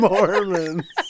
Mormons